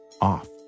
off